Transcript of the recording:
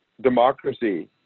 democracy